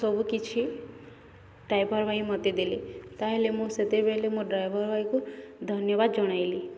ସବୁ କିଛି ଡ୍ରାଇଭର୍ ଭାଇ ମୋତେ ଦେଲେ ତାହେଲେ ମୁଁ ସେତେବେଳେ ମୋ ଡ୍ରାଇଭର୍ ଭାଇକୁ ଧନ୍ୟବାଦ ଜଣାଇଲି